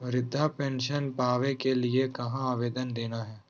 वृद्धा पेंसन पावे के लिए कहा आवेदन देना है?